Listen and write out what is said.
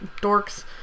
dorks